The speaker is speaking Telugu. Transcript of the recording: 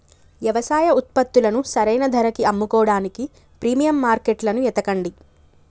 యవసాయ ఉత్పత్తులను సరైన ధరకి అమ్ముకోడానికి ప్రీమియం మార్కెట్లను ఎతకండి